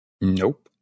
Nope